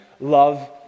love